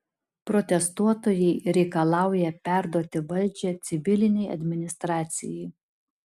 protestuotojai reikalauja perduoti valdžią civilinei administracijai